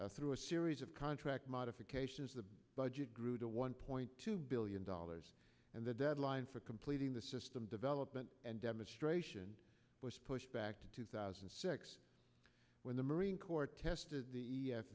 through a series of contract modifications the budget grew to one point two billion dollars and the deadline for completing the system development and demonstration was pushed back to two thousand and six when the marine corps tested the